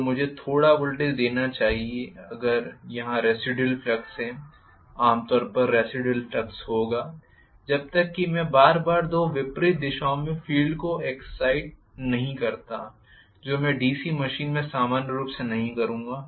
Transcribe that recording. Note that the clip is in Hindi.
जो मुझे थोड़ा वोल्टेज देना चाहिए अगर वहाँ रेसिडुयल फ्लक्स है आम तौर पर रेसिडुयल फ्लक्स होगा जब तक कि मैं बार बार दो विपरीत दिशाओं में फील्ड को एक्साइट नहीं करता जो मैं डीसी मशीन में सामान्य रूप से नहीं करूंगा